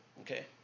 Okay